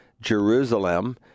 Jerusalem